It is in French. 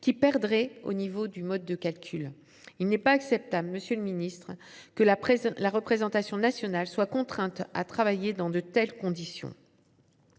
raison de ce nouveau mode de calcul. Il n’est pas acceptable, monsieur le ministre, que la représentation nationale soit contrainte de travailler dans de telles conditions.